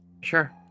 sure